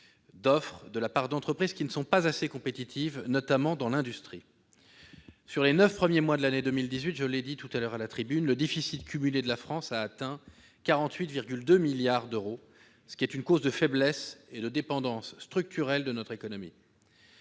d'offre de la part d'entreprises qui ne sont pas assez compétitives, notamment dans l'industrie. Sur les neuf premiers mois de l'année 2018- je l'ai dit lors de la discussion générale -, le déficit cumulé de la France a ainsi atteint 48,2 milliards d'euros, ce qui est une cause de faiblesse et de dépendance structurelle pour notre économie.